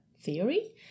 theory